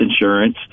insurance